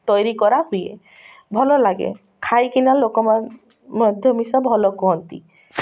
ତରି କରା ହୁଏ ଭଲ ଲାଗେ ଖାଇକିନା ଲୋକମାନେ ମଧ୍ୟ ମିିଶା ଭଲ କୁହନ୍ତି